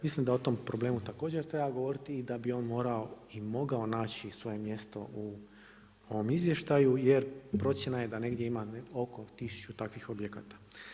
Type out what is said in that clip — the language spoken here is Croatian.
Mislim da o tom problemu također treba govoriti i da bi on morao i mogao naći svoje mjesto u ovom izvještaju jer procjena je da negdje ima oko 1000 takvih objekata.